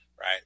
right